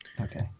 Okay